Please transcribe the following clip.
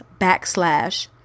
backslash